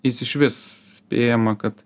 jis išvis spėjama kad